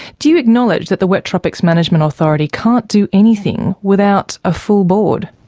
do you acknowledge that the wet tropics management authority can't do anything without a full board?